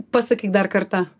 pasakyk dar kartą